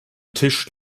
tisch